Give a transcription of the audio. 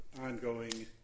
ongoing